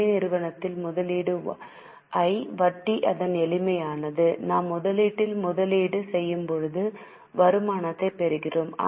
துணை நிறுவனத்தில் முதலீடு I வட்டி அதன் எளிமையானது நாம் முதலீட்டில் முதலீடு செய்யும்போது வருமானத்தைப் பெறுகிறோம்